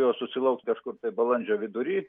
jo susilauks kažkur tai balandžio vidury